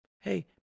hey